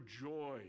joy